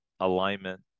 alignment